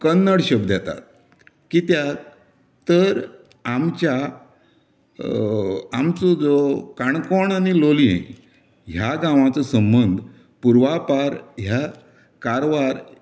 कन्नड शब्द येतात कित्याक तर आमच्या आमचो जो काणकोण आनी लोलयें ह्या गांवांचो संबंद पुर्वापार ह्या कारवार